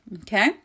okay